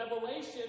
revelation